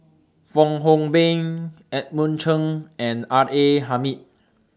Fong Hoe Beng Edmund Cheng and R A Hamid